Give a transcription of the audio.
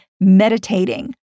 meditating